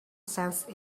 sensed